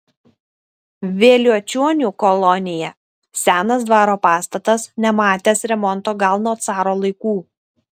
vėliučionių kolonija senas dvaro pastatas nematęs remonto gal nuo caro laikų